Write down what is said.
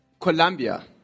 Colombia